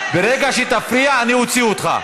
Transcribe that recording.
ברגע שתפריע אני אוציא אותך.